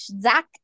Zach